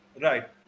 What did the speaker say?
Right